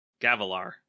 Gavilar